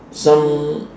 some